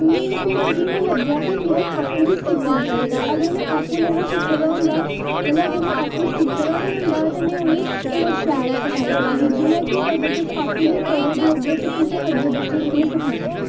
में फ्ही मिगी इ'यां लग्गेआ कि मिगी आपूं बी सिक्खना चाहिदा अगर में आपूं बी सिक्खे दा होंदा मतलब अगर में आपूं बी सिक्खे दा बी होंदा ते में उ'नें गी होर शैल सखाई सकदी ही जि'यां कि अगर तुस आपूं नी पढ़े दे होगे ते तुसें अग्गे बच्चें गी केह् सखान्ना